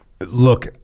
look